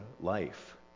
life